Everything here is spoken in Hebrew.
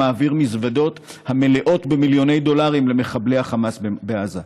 מזוודות המלאות במיליוני דולרים למחבלי החמאס בעזה.